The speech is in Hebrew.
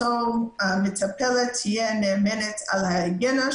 אותה מטפלת תהיה נאמנה על ההיגיינה,